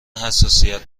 حساسیت